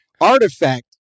artifact